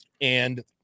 And-